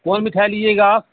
کون مٹھائی لیجیے گا آپ